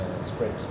spread